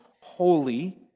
holy